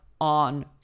on